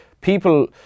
people